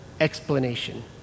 explanation